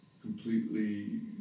completely